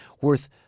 worth